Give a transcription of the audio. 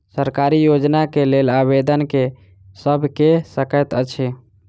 सरकारी योजना केँ लेल आवेदन केँ सब कऽ सकैत अछि?